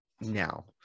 now